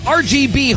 rgb